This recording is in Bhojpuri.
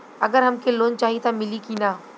अगर हमके लोन चाही त मिली की ना?